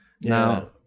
Now